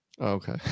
Okay